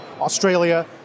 Australia